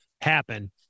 happen